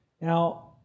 Now